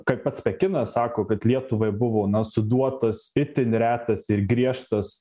kaip pats pekinas sako kad lietuvai buvo na suduotas itin retas ir griežtas